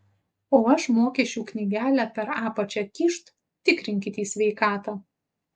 o aš mokesčių knygelę per apačią kyšt tikrinkit į sveikatą